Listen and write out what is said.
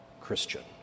Christian